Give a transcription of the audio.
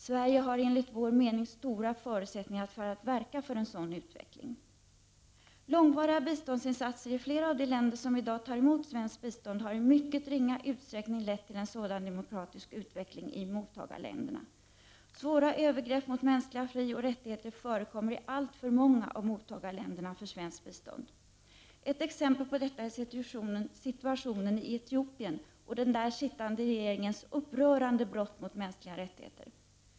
Sverige har enligt vår mening stora förutsättningar för att verka för en sådan utveckling. Långvariga biståndsinsatser i flera av de länder som i dag tar emot svenskt bistånd har i mycket ringa utsträckning lett till en sådan demokratisk utveckling i mottagarländerna. Svåra övergrepp mot de mänskliga frioch rättigheterna förekommer i alltför många av mottagarländerna för svenskt bistånd. Ett exempel på detta är situationen i Etiopien och den där sittande regeringens upprörande brott mot mänskliga rättigheter.